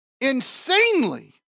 insanely